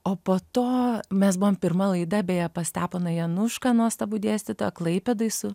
o po to mes buvom pirma laida beje pas steponą janušką nuostabų dėstytoją klaipėdoj su